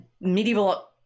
medieval